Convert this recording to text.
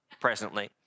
presently